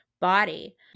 body